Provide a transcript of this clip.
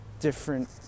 different